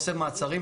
עושה מעצרים.